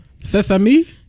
Sesame